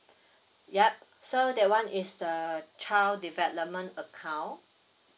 yup so that one is the child development account